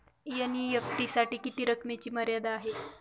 NEFT साठी किती रकमेची मर्यादा आहे?